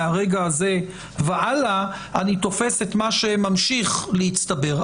מהרגע הזה והלאה אני תופס את מה שממשיך להצטבר,